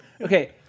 Okay